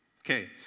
Okay